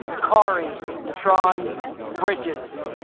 kauri neutron bridges